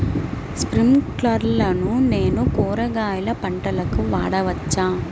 స్ప్రింక్లర్లను నేను కూరగాయల పంటలకు వాడవచ్చా?